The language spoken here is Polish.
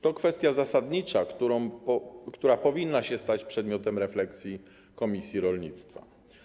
To kwestia zasadnicza, która powinna się stać przedmiotem refleksji komisji rolnictwa.